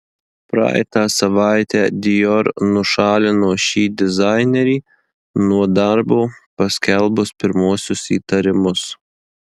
praeitą savaitę dior nušalino šį dizainerį nuo darbo paskelbus pirmuosius įtarimus